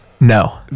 No